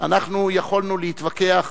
אנחנו יכולנו להתווכח